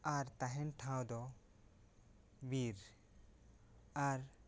ᱟᱨ ᱛᱟᱦᱮᱱ ᱴᱷᱟᱶ ᱫᱚ ᱵᱤᱨ ᱟᱨ